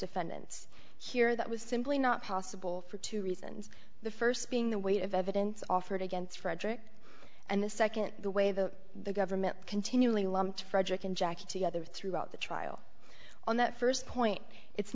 defendant here that was simply not possible for two reasons the first being the weight of evidence offered against frederick and the second the way the government continually lumped frederick and jackie together throughout the trial on that first point it's